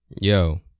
Yo